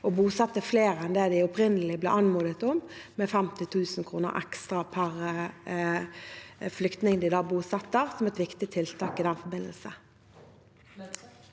å bosette flere enn de opprinnelig ble anmodet om, med 50 000 kr ekstra per flyktning de bosetter, som et viktig tiltak i den forbindelse.